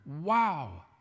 Wow